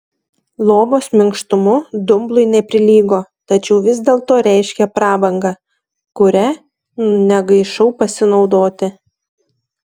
lovos minkštumu dumblui neprilygo tačiau vis dėlto reiškė prabangą kuria negaišau pasinaudoti